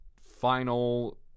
final